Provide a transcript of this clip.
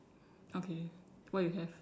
okay what you have